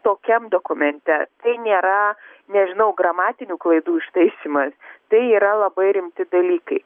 tokiam dokumente tai nėra nežinau gramatinių klaidų ištaisymas tai yra labai rimti dalykai